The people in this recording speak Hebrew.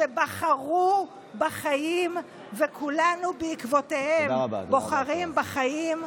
שבחרו בחיים וכולנו בעקבותיהם בוחרים בחיים.